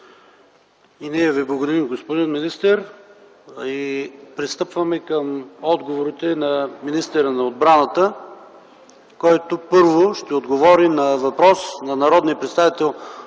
И ние Ви благодарим, господин министър. Пристъпваме към отговорите на министъра на отбраната, който първо ще отговори на въпрос на народния представител